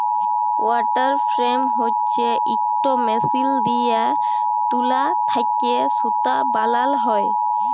water frame হছে ইকট machine দিঁয়ে তুলা থ্যাকে সুতা বালাল হ্যয়